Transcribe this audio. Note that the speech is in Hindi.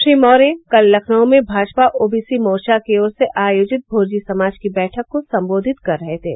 श्री मौर्य कल लखनऊ में भाजपा ओबीसी मोर्चा की ओर से आयोजित भुर्जी समाज की बैठक को संबोधित कर रहे थे